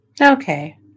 Okay